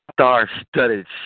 star-studded